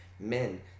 men